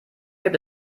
gibt